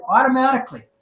automatically